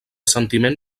sentiment